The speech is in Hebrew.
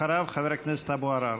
אחריו, חבר הכנסת אבו עראר.